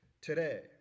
today